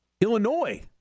Illinois